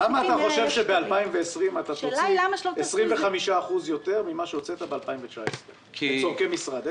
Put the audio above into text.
למה אתה חושב שב-2020 תוציא 25% יותר ממה שהוצאת ב-2019 בצרכי משרד?